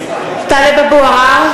(קוראת בשמות חברי הכנסת) טלב אבו עראר,